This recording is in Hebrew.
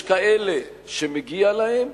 יש כאלה שמגיע להם